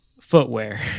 footwear